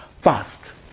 fast